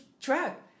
track